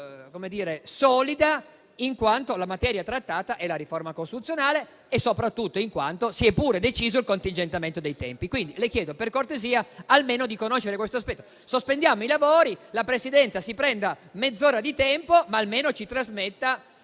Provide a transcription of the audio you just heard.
solida in quanto la materia trattata è la riforma costituzionale e, soprattutto, in quanto si è anche deciso il contingentamento dei tempi. Quindi, le chiedo per cortesia almeno di conoscere questo aspetto. Sospendiamo i lavori, la Presidenza si prenda mezz'ora di tempo, ma almeno ci trasmetta